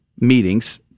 meetings